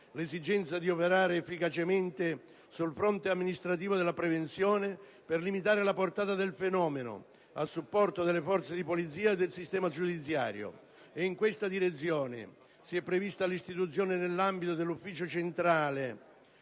l'esigenza di operare efficacemente sul fronte amministrativo della prevenzione per limitare la portata del fenomeno, a supporto delle forze di polizia e del sistema giudiziario. In questa direzione, nell'ambito dell'Ufficio centrale